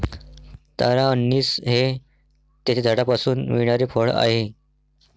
तारा अंनिस हे त्याच्या झाडापासून मिळणारे फळ आहे